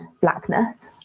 blackness